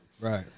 Right